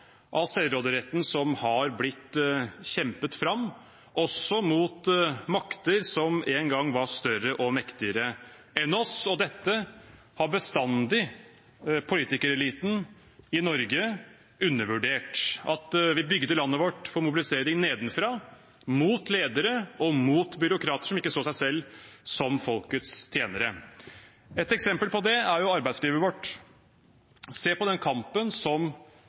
av selvråderetten som har blitt kjempet fram, også mot makter som en gang var større og mektigere enn oss. Dette har bestandig politikereliten i Norge undervurdert – at vi bygde landet vårt ved mobilisering nedenfra, mot ledere og mot byråkrater som ikke så seg selv som folkets tjenere. Et eksempel på dette er arbeidslivet vårt. Se på den kampen som